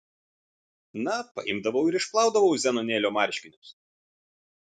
na paimdavau ir išplaudavau zenonėlio marškinius